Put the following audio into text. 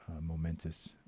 momentous